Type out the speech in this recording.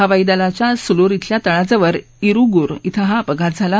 हवाईदलाच्या सुलूर शिल्या तळाजवळ ईरुगुर शिं हा अपघात झाला